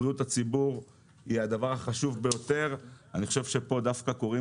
בריאות הציבור היא הדבר החשוב ביותר ואני חושב שכאן דווקא קורים